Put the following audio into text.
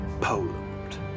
Poland